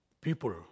People